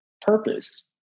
purpose